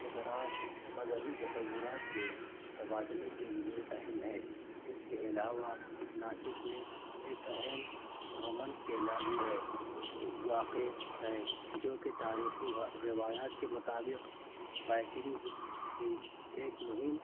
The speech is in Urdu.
اقرار مذہبی تصورات کے تبادلے کے لیے اہم ہے اس کے علاوہ ناسک میں ایک اہم رومن قلعہ بھی ہے واقع ہے جوکہ تاریخی روایات کے مطابق وائیکنگز کی ایک مہم